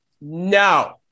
no